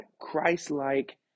Christ-like